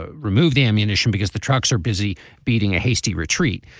ah remove the ammunition because the trucks are busy beating a hasty retreat.